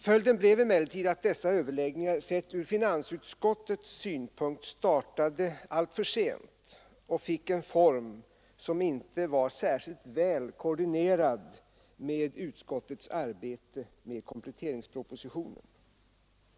Följden blev emellertid att dessa överläggningar sett från finansutskottets synpunkt startade alltför sent och fick en form som inte var särskilt väl koordinerad med utskottets arbete med kompletteringspropositionen.